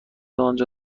آنجا